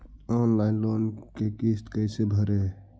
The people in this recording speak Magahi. ऑनलाइन लोन के किस्त कैसे भरे?